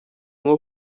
nko